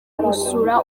gusura